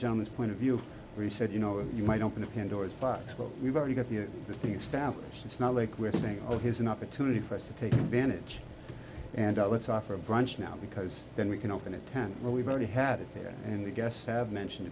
john this point of view three said you know you might open a pandora's box but we've already got the things down it's not like we're saying oh here's an opportunity for us to take advantage and outlets offer a brunch now because then we can open a tent where we've already had it there and the guests have mentioned